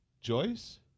Joyce